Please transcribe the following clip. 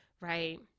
right